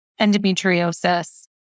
endometriosis